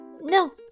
No